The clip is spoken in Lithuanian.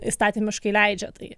įstatymiškai leidžia tai